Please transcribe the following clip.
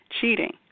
cheating